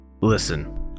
Listen